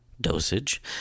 dosage